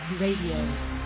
RADIO